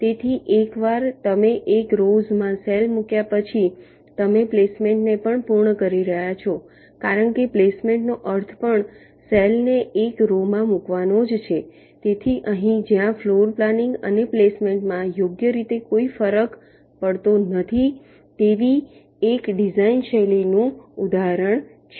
તેથી એકવાર તમે એક રોવ્સમાં સેલ મૂક્યા પછી તમે પ્લેસમેન્ટને પણ પૂર્ણ કરી રહ્યા છો કારણ કે પ્લેસમેન્ટનો અર્થ પણ સેલને એક રોમાં મૂકવાનો જ છે તેથી અહીં જ્યાં ફ્લોર પ્લાનિંગ અને પ્લેસમેન્ટમાં યોગ્ય રીતે કોઈ ફરક પાડતો નથી તેવી એક ડિઝાઇન શૈલીનું ઉદાહરણ છે